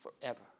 forever